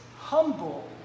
humble